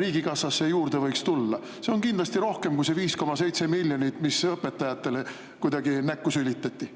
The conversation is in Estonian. riigikassasse juurde võiks tulla? See on kindlasti rohkem kui see 5,7 miljonit eurot, mis õpetajatele kuidagi näkku sülitati.